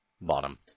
bottom